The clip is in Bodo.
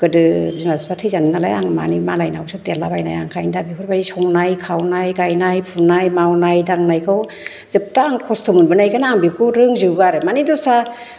गोदो बिमा बिफा थैजानाय नालाय आं माने मालायनावसो देरलाबायनाय आं ओंखायनो दा बेफोरबायदि संनाय खावनाय गायनाय फुनाय मावनाय दांनायखौ जेबो आं खस्थ' मोनबोनायखायनो आं बेखौ रोंजोबो आरो माने दस्रा